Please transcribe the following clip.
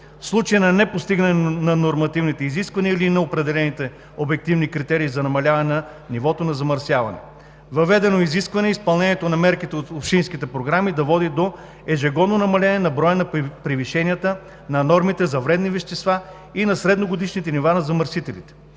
в случай на непостигане на нормативните изисквания или на определените обективни критерии за намаляване на нивото на замърсяване. Въведено е изискване изпълнението на мерките по общинските програми да води до ежегодно намаление на превишенията на нормите за вредни вещества и на средногодишните нива на замърсителите